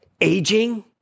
aging